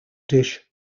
dish